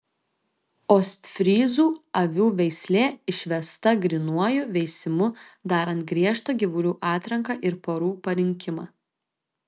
ostfryzų avių veislė išvesta grynuoju veisimu darant griežtą gyvulių atranką ir porų parinkimą